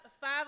five